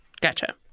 Gotcha